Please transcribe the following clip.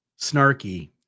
snarky